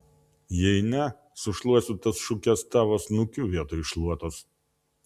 jei ne sušluosiu tas šukes tavo snukiu vietoj šluotos